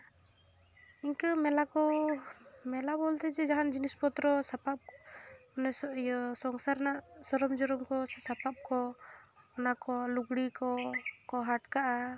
ᱤᱱᱠᱟᱹ ᱢᱮᱞᱟ ᱠᱚ ᱢᱮᱞᱟ ᱵᱚᱞᱛᱮ ᱪᱮᱫ ᱡᱟᱦᱟᱱ ᱡᱤᱱᱤᱥ ᱯᱚᱛᱨᱚ ᱥᱟᱯᱟᱵ ᱢᱟᱱᱮ ᱤᱭᱟᱹ ᱥᱚᱝᱥᱟᱨ ᱨᱮᱱᱟᱜ ᱥᱚᱨᱚᱢ ᱡᱚᱨᱚᱢ ᱠᱚ ᱥᱮ ᱥᱟᱯᱟᱵ ᱠᱚ ᱚᱱᱟ ᱠᱚ ᱞᱩᱜᱽᱲᱤ ᱠᱚ ᱠᱚ ᱦᱟᱴ ᱠᱟᱜᱼᱟ